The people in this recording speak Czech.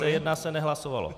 C1 se nehlasovalo.